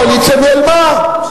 הקואליציה נעלמה.